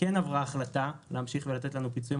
כן עברה החלטה להמשיך ולתת לנו פיצויים,